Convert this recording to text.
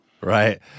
Right